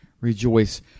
rejoice